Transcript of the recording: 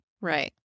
Right